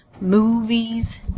Movies